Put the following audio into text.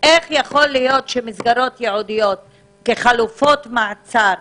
איך יכול להיות שמסגרות ייעודיות כחלופות מעצר